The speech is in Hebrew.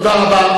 תודה רבה.